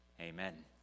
Amen